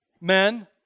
men